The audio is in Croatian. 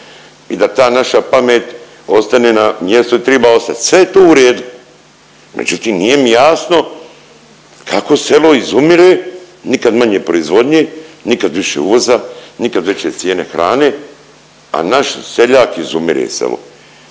i da ta naša pamet ostane na mjestu di treba ostat. Sve je to u redu, međutim nije mi jasno kako selo izumire nikad manje proizvodnje, nikad više uvoza, nikad veće cijene hrane, a naš seljak izumire selo.